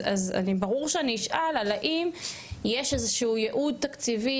אז ברור שאני אשאל אם יש איזשהו ייעוד תקציבי